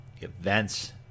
events